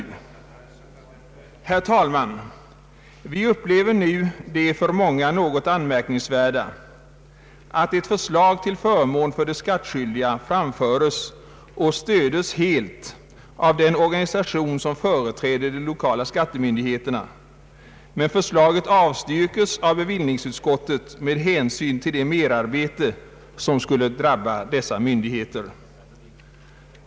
Herr talman! Vi upplever nu det för många något anmärkningsvärda, att ett förslag till förmån för de skattskyldiga framföres och stödes helt av den organisation, som företräder de lokala skattemyndigheterna, men att förslaget avstyrkes av bevillningsutskottet med hänsyn till det merarbete, som skulle drabba dessa myndigheter.